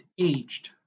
aged